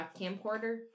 camcorder